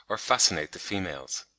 or fascinate the females.